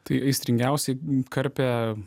tai aistringiausiai karpė